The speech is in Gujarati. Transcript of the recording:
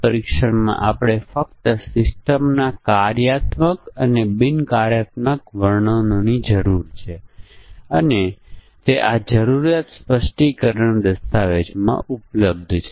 ઉદાહરણ તરીકે જો પ્રિન્ટર પ્રિન્ટ કરતું નથી અને લાલ લાઇટ થઈ રહી છે સિસ્ટમ પ્રિંટરને ઓળખી ન શકે કે પછી પેપર જામની તપાસ અને ઇન્ક રિપ્લેસમેન્ટ ની તપાસ છે